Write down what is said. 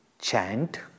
chant